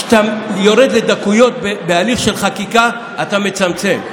כשאתה יורד לדקויות בהליך של חקיקה, אתה מצמצם,